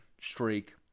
streak